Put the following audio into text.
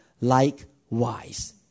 likewise